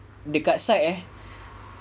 dekat site eh